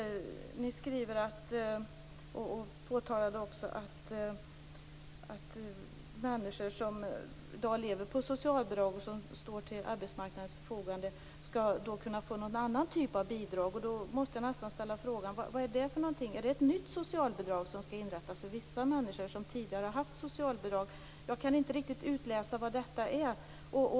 Ni skriver, och Maj-Inger Klingvall nämnde, att människor som i dag lever på socialbidrag och som står till arbetsmarknadens förfogande skall kunna få någon annan typ av bidrag. Jag måste fråga vad det är för någonting. Är det ett nytt socialbidrag som skall inrättas för vissa människor som tidigare har haft socialbidrag? Jag kan inte riktigt utläsa vad detta är.